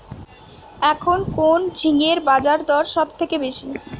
এখন কোন ঝিঙ্গের বাজারদর সবথেকে বেশি?